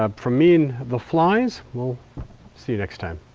um from me and the flies we'll see you next time.